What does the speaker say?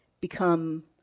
become